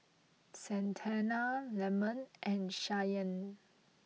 Santana Lemon and Shyann